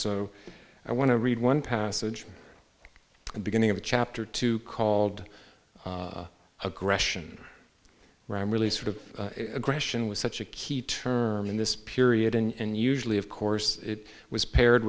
so i want to read one passage the beginning of a chapter two called aggression ram really sort of aggression was such a key term in this period and usually of course it was paired